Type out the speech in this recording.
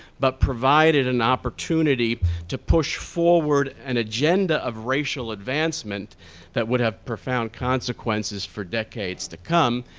but provided an opportunity to push forward an agenda of racial advancement that would have profound consequences for decades to come.